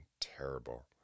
terrible